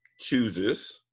chooses